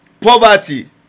poverty